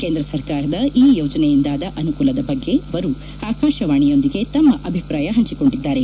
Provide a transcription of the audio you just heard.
ಕೇಂದ್ರ ಸರ್ಕಾರದ ಈ ಯೋಜನೆಯಿಂದಾದ ಅನುಕೂಲದ ಬಗ್ಗೆ ಅವರು ಆಕಾಶವಾಣಿಯೊಂದಿಗೆ ತಮ್ಮ ಅಭಿಪ್ರಾಯ ಹಂಚಿಕೊಂಡಿದ್ದಾರೆ